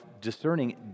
discerning